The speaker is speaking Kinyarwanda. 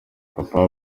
papa